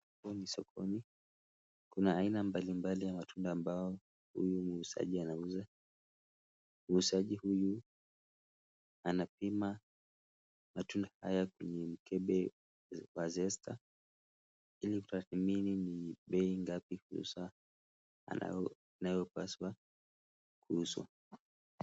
Hapa ni sokoni, kuna aina mbalimbali ya matunda ambayo huyu muuzaji anauza, muuzaji huyu anapima matunda haya kwenye mkebe wa zesta ili kutathmini ni bei ngapi haswa inayopaswa kuuzwa.